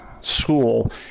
school